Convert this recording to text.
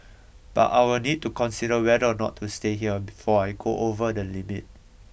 but I'll need to consider whether or not to stay here before I go over the limit